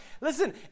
Listen